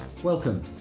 Welcome